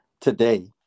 Today